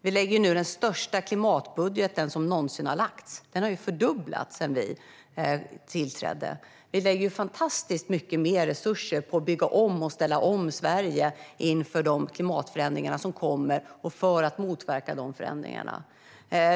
Vi lägger nu fram den största klimatbudgeten som någonsin har lagts fram - den har fördubblats sedan vi tillträdde - och vi lägger fantastiskt mycket mer resurser än tidigare på att bygga om och ställa om Sverige inför de klimatförändringar som kommer och för att motverka de förändringarna.